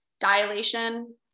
dilation